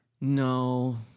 No